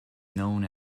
known